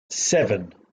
seven